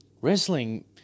wrestling